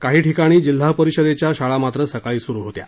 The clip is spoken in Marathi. काही ठिकाणी जिल्हा परिषदेच्या शाळा मात्र सकाळी सुरू होत्या